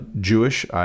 Jewish